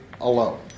alone